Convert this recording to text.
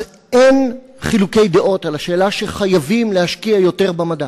אז אין חילוקי דעות בשאלה שחייבים להשקיע יותר במדע,